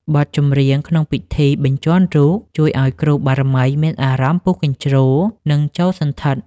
បទចម្រៀងក្នុងពិធីបញ្ជាន់រូប ជួយឱ្យគ្រូបារមីមានអារម្មណ៍ពុះកញ្ជ្រោល និងចូលសណ្ឋិត។